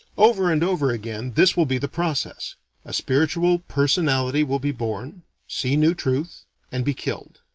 over and over again, this will be the process a spiritual personality will be born see new truth and be killed.